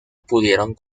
pudieron